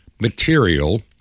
Material